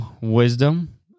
wisdom